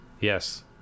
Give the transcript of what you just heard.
Yes